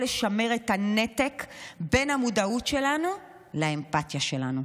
לשמר את הנתק בין המודעות שלנו לאמפתיה שלנו.